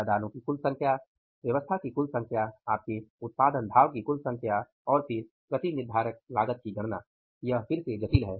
लदानो की कुल संख्या व्यवस्था की कुल संख्या आपके उत्पादन धाव की कुल संख्या और फिर प्रति निर्धारक लागत की गणना यह फिर से जटिल है